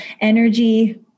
energy